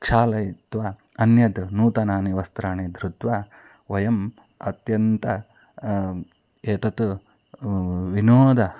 क्षालयित्वा अन्यद् नूतनानि वस्त्राणि धृत्वा वयम् अत्यन्तम् एतत् विनोदः